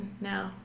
No